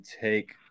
take